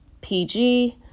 PG